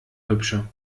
hübsche